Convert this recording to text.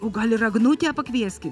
o gal ir agnutę pakvieskit